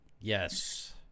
Yes